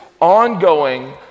ongoing